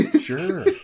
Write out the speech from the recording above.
Sure